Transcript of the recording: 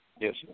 Yes